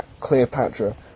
Cleopatra